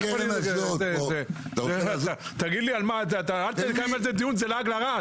תגיד לי, זה לעג לרש.